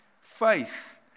faith